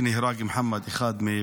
שנהרג אחד מבניה,